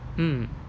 mm